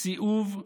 סיאוב,